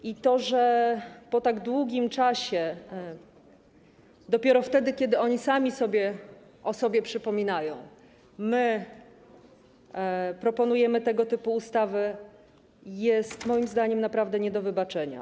I to, że po tak długim czasie, dopiero wtedy, kiedy oni sami o sobie przypominają, proponujemy tego typu ustawy, jest moim zdaniem naprawdę nie do wybaczenia.